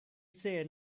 say